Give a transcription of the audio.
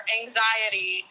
anxiety